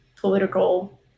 political